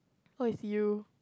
oh is you